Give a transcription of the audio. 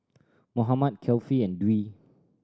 Muhammad Kefli and Dwi